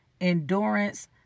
endurance